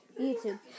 YouTube